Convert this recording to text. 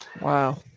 Wow